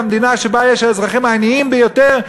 המדינה שבה יש את האזרחים העניים ביותר,